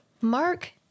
Mark